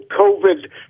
covid